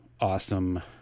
awesome